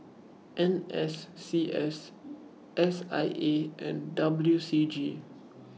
N S C S S I A and W C G